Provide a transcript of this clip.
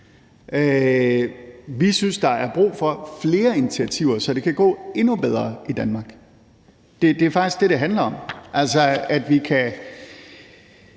Vi synes, der er brug for flere initiativer, så det kan gå endnu bedre i Danmark. Det er faktisk det, det handler om,